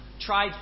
tried